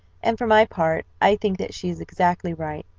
and for my part i think that she is exactly right.